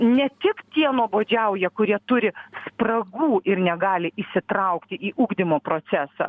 ne tik tie nuobodžiauja kurie turi spragų ir negali įsitraukti į ugdymo procesą